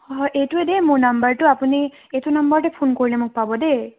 হয় এইটোৱে দে মোৰ নম্বৰটো আপুনি এইটো নম্বৰতে ফোন কৰিলে মোক পাব দেই